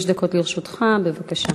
חמש דקות לרשותך, בבקשה.